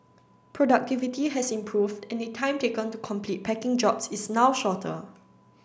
productivity has improved and the time taken to complete packing jobs is now shorter